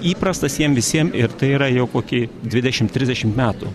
įprastas jiem visiem ir tai yra jau kokį dvidešim trisdešim metų